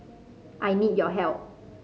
I need your help